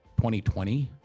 2020